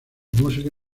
música